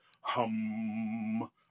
hum